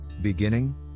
beginning